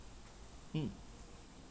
mm